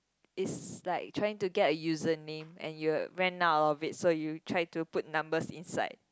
is like trying to get a username and you run up a bit so you try to put number inside